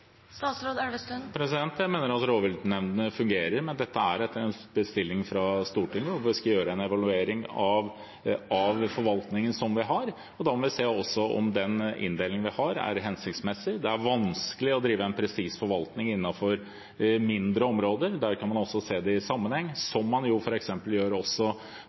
Jeg mener at rovviltnemndene fungerer, men dette er en bestilling fra Stortinget, og vi skal gjøre en evaluering av den forvaltningen vi har. Da må vi se om den inndelingen vi har, er hensiktsmessig. Det er vanskelig å drive en presis forvaltning innenfor mindre områder. Da kan man også se det i sammenheng, som man f.eks. gjør